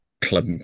club